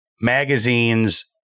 magazines